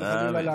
חס וחלילה,